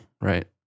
right